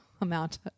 amount